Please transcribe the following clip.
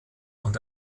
und